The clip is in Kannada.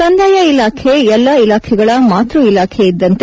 ಕಂದಾಯ ಇಲಾಖೆ ಎಲ್ಲ ಇಲಾಖೆಗಳ ಮಾತೃ ಇಲಾಖೆ ಇದ್ದಂತೆ